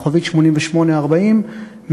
8840*,